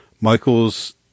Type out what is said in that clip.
michael's